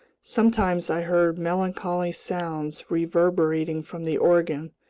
sometimes i heard melancholy sounds reverberating from the organ,